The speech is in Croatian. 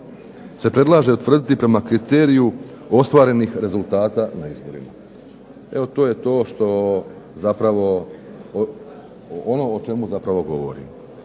se predlaže utvrditi prema kriteriju ostvarenih rezultata na izborima. Evo to je to što zapravo, ono o čemu zapravo govorimo.